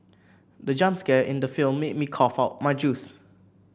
the jump scare in the film made me cough out my juice